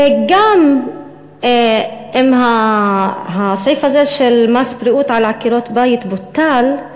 וגם אם הסעיף הזה של מס בריאות על עקרות-בית בוטל,